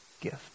gift